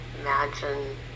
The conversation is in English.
imagine